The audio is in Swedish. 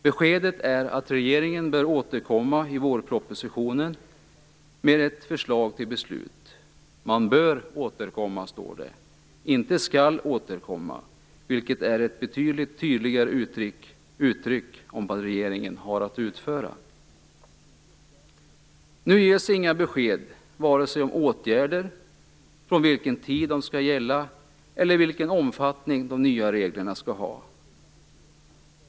Beskedet är att regeringen bör återkomma med ett förslag till beslut i vårpropositionen. Det står att regeringen bör återkomma och inte skall återkomma, vilket hade varit ett betydligt tydligare uttryck för vad regeringen har att utföra. Nu ges inga besked om vare sig åtgärder, tid för när de nya reglerna skall börja gälla eller vilken omfattning de skall ha.